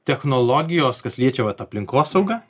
technologijos kas liečia vat aplinkosaugą